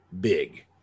big